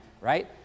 right